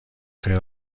خیر